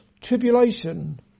tribulation